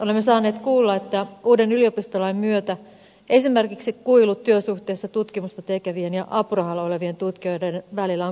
olemme saaneet kuulla että uuden yliopistolain myötä esimerkiksi kuilu työsuhteessa tutkimusta tekevien ja apurahalla olevien tutkijoiden välillä on kasvanut